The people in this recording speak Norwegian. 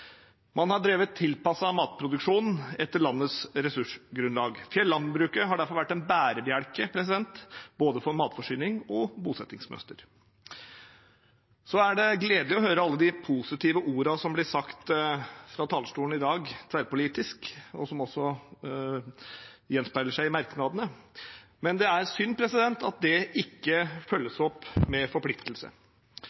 Man har drevet tilpasset matproduksjon etter landets ressursgrunnlag. Fjellandbruket har derfor vært en bærebjelke for både matforsyning og bosettingsmønster. Det er gledelig å høre alle de positive ordene som blir sagt tverrpolitisk fra talerstolen i dag, noe som også gjenspeiler seg i merknadene, men det er synd at det ikke